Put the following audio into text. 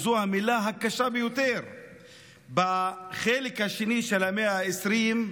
שזו המילה הקשה ביותר בחלק השני של המאה ה-20,